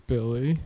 Billy